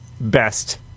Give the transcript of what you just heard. best